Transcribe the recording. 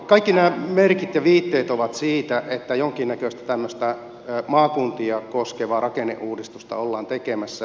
kaikki nämä merkit ja viitteet ovat siihen että jonkinnäköistä tämmöistä maakuntia koskevaa rakenneuudistusta ollaan tekemässä